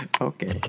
Okay